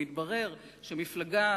ומסתבר שהמפלגה